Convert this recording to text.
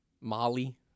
molly